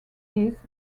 his